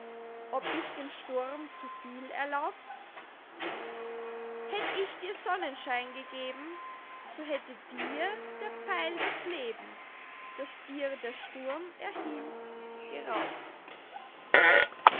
ob ich dem sturm zu viel erlaubt hätt ich dir sonnenschein gegeben so hätte dir der pfeil das leben das dir der sturm erhielt geraubt